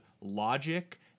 logic